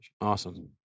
Awesome